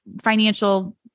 financial